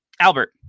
Albert